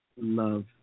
love